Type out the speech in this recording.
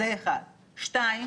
דבר שני,